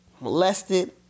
molested